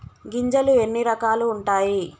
గింజలు ఎన్ని రకాలు ఉంటాయి?